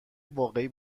واقعی